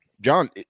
John